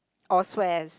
or swears